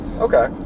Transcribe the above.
Okay